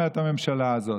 אומרת הממשלה הזאת,